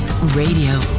Radio